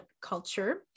culture